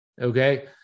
okay